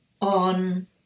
on